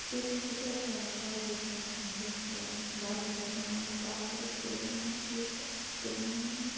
بیٚیہِ چھَس بہٕ تویتہ کَران باقٕے پینٹِنٛگ تہِ مَطلَب وَرقَن پٮ۪ٹھ بناوان پہاڑ کُلۍ بناوان یہِ خوش گَژھِ تہِ بناوان